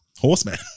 Horseman